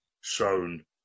shown